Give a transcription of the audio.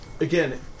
Again